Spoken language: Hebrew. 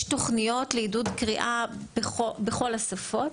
יש תוכניות לעידוד קריאה בכל השפות.